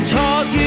talk